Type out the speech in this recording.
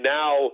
now